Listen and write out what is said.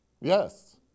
Yes